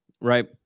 right